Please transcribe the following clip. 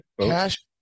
Cash